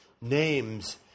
names